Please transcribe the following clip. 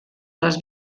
les